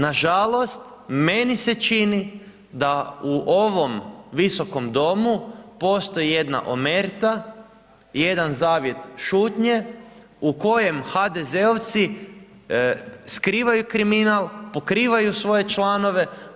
Nažalost, meni se čini da u ovom Viskom domu postoji jedna omerta, jedan zavjet šutnje u kojem HDZ-ovci skrivaju kriminal, pokrivaju svoje članove.